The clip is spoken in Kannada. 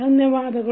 ದನ್ಯವಾದಗಳು